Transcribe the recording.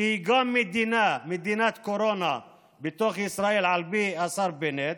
שגם היא מדינת קורונה בתוך ישראל, על פי השר בנט,